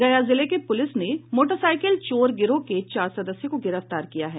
गया जिले की पूलिस ने मोटरसाइकिल चोर गिरोह के चार सदस्यों को गिरफ्तार किया है